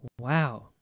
Wow